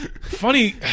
funny